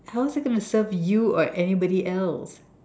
how is it gonna serve you or anybody else